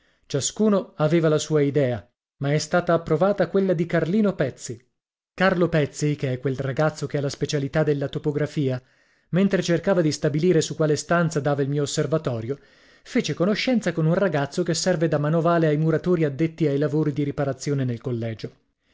ciascuno aveva la sua idea ma è stata approvata quella di carlino pezzi carlo pezzi che è quel ragazzo che ha la specialità della topografia mentre cercava di stabilire su quale stanza dava il mio osservatorio fece conoscenza con un ragazzo che serve da manovale ai muratori addetti ai lavori di riparazione nel collegio